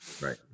right